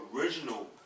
original